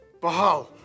B'ahal